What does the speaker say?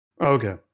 Okay